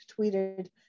tweeted